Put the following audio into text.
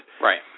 right